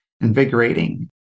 invigorating